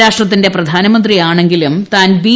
രാഷ്ട്രത്തിന്റെ പ്രധാനമന്ത്രിയാണങ്കിലും താൻ ബി